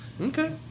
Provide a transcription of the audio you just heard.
Okay